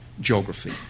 geography